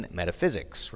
metaphysics